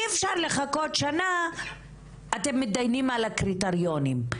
אי אפשר לחכות שנה שאתם מתדיינים על הקריטריונים.